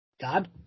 God